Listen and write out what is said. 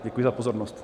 Děkuji za pozornost.